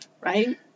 right